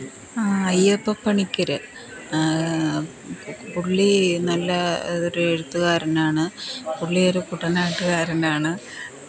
ആ അയ്യപ്പ പണിക്കർ പുള്ളി നല്ല ഒരു എഴുത്തുകാരനാണ് പുള്ളി ഒരു കുട്ടനാട്ടുകാരനാണ്